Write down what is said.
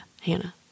Hannah